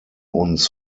uns